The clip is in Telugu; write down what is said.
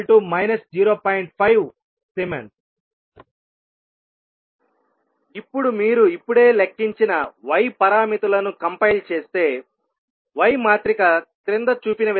5S ఇప్పుడు మీరు ఇప్పుడే లెక్కించిన y పారామితులను కంపైల్ చేస్తేy మాత్రిక క్రింద చూపిన విధంగా ఉంటుంది